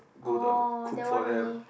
oh that one only